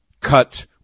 cut